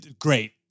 great